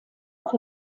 auch